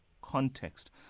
context